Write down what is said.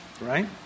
right